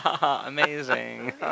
Amazing